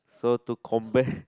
so to combat